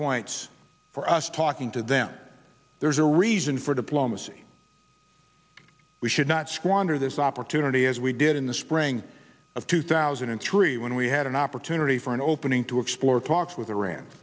points for us talking to them there's a reason for diplomacy we should not squander this opportunity as we did in the spring of two thousand and three when we had an opportunity for an opening to explore talks with iran